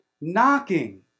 knocking